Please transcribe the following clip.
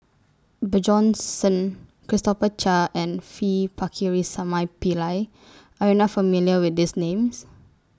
Bjorn Shen Christopher Chia and V Pakirisamy Pillai Are YOU not familiar with These Names